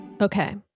Okay